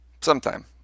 sometime